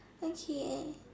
okay